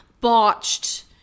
botched